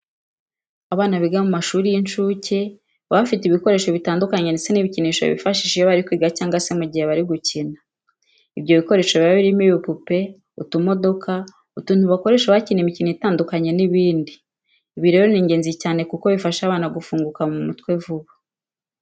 Abana biga mu mashuri y'incuke baba bafite ibikoresho bitandukanye ndetse n'ibikinisho bifashisha iyo bari kwiga cyangwa se mu gihe bari gukina. Ibyo bikoresho biba birimo, ibipupe, utumodoka, utuntu bakoresha bakina imikino itandukanye n'ibindi. Ibi rero ni ingenzi cyane kuko bifasha abana gufunguka mu mutwe vuba.